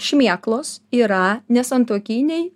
šmėklos yra nesantuokiniai